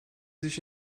sich